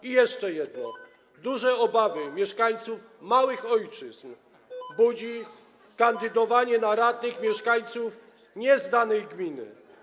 I jeszcze jedno: Duże obawy mieszkańców małych ojczyzn budzi kandydowanie na radnych mieszkańców nie z danej gminy.